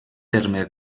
terme